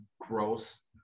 gross